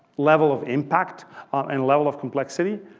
level of impact and level of complexity,